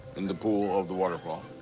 in the pool of the waterfall.